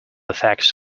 effects